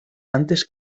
antes